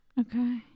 okay